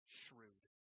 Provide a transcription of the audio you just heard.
shrewd